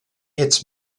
its